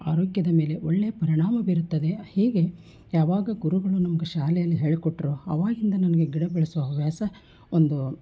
ಆರೋಗ್ಯದ ಮೇಲೆ ಒಳ್ಳೆಯ ಪರಿಣಾಮ ಬೀರುತ್ತದೆ ಹೀಗೆ ಯಾವಾಗ ಗುರುಗಳು ನಮ್ಗೆ ಶಾಲೆಯಲ್ಲಿ ಹೇಳಿಕೊಟ್ರೋ ಅವಾಗಿಂದ ನನಗೆ ಗಿಡ ಬೆಳೆಸೋ ಹವ್ಯಾಸ ಒಂದು